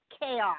chaos